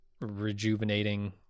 rejuvenating